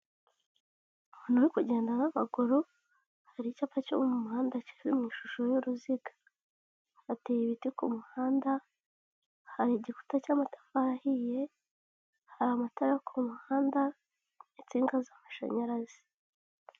Abantu bari kugenda n'amaguru, hari icyapa cyo mu muhanda kiri mu ishusho y'uruziga, hateye ibiti ku muhanda, hari igikuta cy'amatafari ahiye, hari amatara ku muhanda n'insinga z'amashanyarazi.